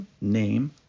name